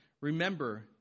Remember